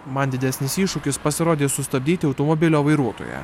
man didesnis iššūkis pasirodė sustabdyti automobilio vairuotoją